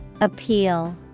Appeal